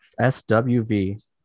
SWV